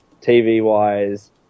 TV-wise